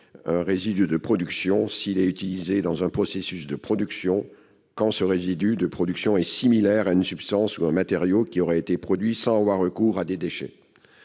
le statut de déchet s'il est utilisé dans un processus de production, quand ce résidu de production est similaire à une substance ou à un matériau qui aurait été produit sans avoir recours à des déchets.